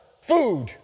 Food